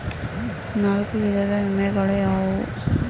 ನಾಲ್ಕು ವಿಧದ ವಿಮೆಗಳು ಯಾವುವು?